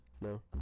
no